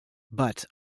but